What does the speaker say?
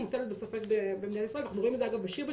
מוטלת בספק במדינת ישראל ואנחנו רואים את זה בשירביט,